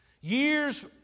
years